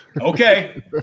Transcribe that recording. Okay